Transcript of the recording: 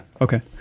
okay